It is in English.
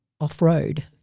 off-road